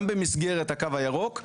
גם במסגרת הקו הירוק,